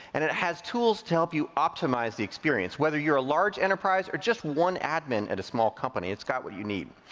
and it has tools to help you optimize the experience. whether you're a large enterprise or just one admin at a small company, it's got what you need.